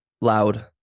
Loud